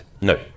No